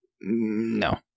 No